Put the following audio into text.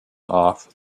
off